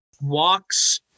walks